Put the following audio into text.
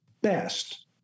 best